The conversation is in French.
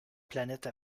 planète